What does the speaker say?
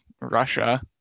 Russia